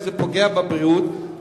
וזה פוגע בבריאות.